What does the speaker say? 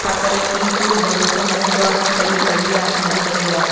छा करे की पूरो भरोसो न हूंदो आहे की सही कई आहे की न कई आहे